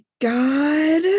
god